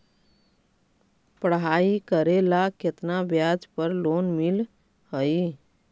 पढाई करेला केतना ब्याज पर लोन मिल हइ?